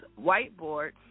whiteboard